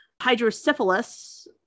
hydrocephalus